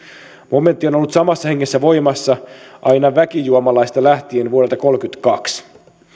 momentti on ollut samassa hengessä voimassa aina väkijuomalaista lähtien vuodelta kolmekymmentäkaksi